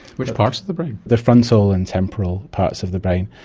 which parts of the brain? the frontal and temporal parts of the brain.